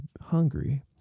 hungry